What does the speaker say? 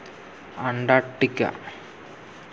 Antarctica